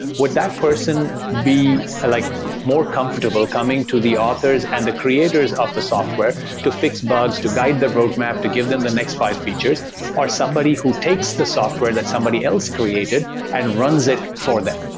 would that person be like more comfortable coming to the authors and the creators of the software to fix bugs, to guide the roadmap, to give them the next five features or somebody who takes the software that somebody else created and runs it for them?